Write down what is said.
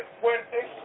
fuerte